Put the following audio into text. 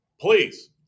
please